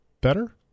better